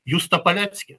justą paleckį